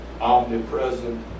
omnipresent